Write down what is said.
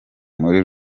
muri